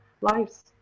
lives